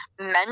men